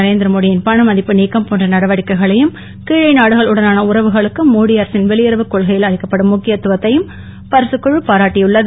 நரேந்திர மோடியின் பணமதிப்பு நீக்கம் போன்ற நடவடிக்கைகளையும் கீழை நாடுகளுடனான உறவுகளுக்கு மோடி அரசின் வெளியுறவுக் கொள்கையில் அளிக்கப்படும் முக்கியத்துவைத்தையும் பரிசுக் குழு பாராட்டியுள்ளது